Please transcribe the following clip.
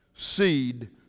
Seed